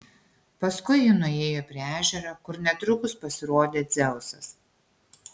paskui ji nuėjo prie ežero kur netrukus pasirodė dzeusas